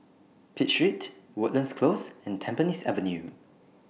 Pitt Street Woodlands Close and Tampines Avenue